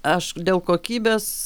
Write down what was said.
aš dėl kokybės